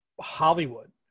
Hollywood